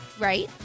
Right